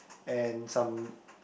and some